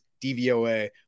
DVOA